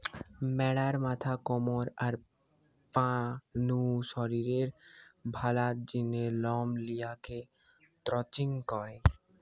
ম্যাড়ার মাথা, কমর, আর পা নু শরীরের ভালার জিনে লম লিয়া কে ক্রচিং কয়